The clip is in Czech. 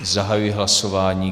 Zahajuji hlasování.